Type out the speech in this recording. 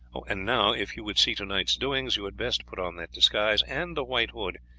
and now, if you would see to-night's doings, you had best put on that disguise and the white hood,